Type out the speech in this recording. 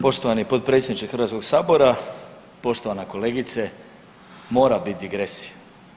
Poštovani potpredsjedniče Hrvatskog sabora, poštovana kolegice mora biti digresije.